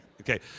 okay